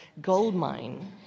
Goldmine